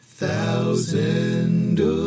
thousand